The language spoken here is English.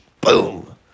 boom